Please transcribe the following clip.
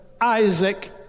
Isaac